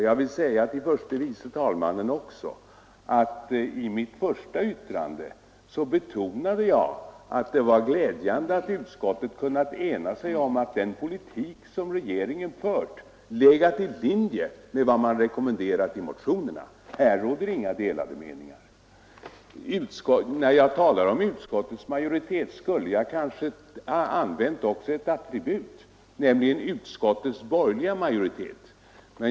Jag vill erinra herr förste vice talmannen om att jag i mitt första inlägg betonade att det var glädjande att utskottet kunnat enas om att den politik som regeringen fört legat i linje med vad som rekommenderats i motionerna. Här råder heller inga delade meningar. När jag talade om utskottets majoritet, skulle jag kanske också ha använt ett attribut och sagt ”utskottets borgerliga majoritet”.